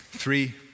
three